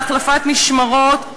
בהחלפת משמרות,